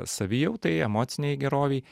savijautai emocinei gerovei